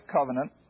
Covenant